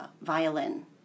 violin